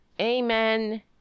amen